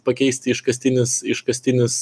pakeisti iškastinis iškastinis